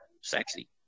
sexy